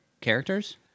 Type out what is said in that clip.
characters